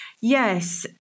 Yes